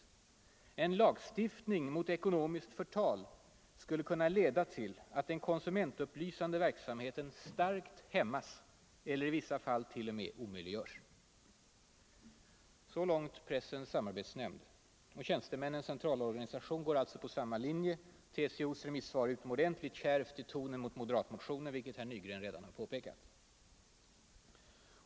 En lagstiftning mot ekonomiskt förtal skulle kunna leda till att den konsumentupplysande verksamheten starkt hämmas eller i vissa fall till och med omöjliggörs.” Så långt Pressens samarbetsnämnd. Tjänstemännens centralorganisation går på samma linje. TCO:s remissvar är utomordentligt kärvt i tonen mot moderatmotionen, vilket herr Nygren redan har påpekat.